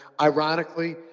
Ironically